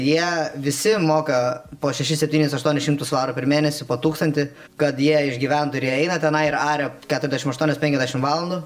jie visi moka po šešis septynis aštuonis šimtus svarų per mėnesį po tūkstantį kad jie išgyventų ir jie eina tenai ir aria keturiasdešimt aštuonias penkiasdešimt valandų